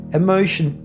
emotion